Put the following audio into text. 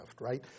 right